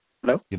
Hello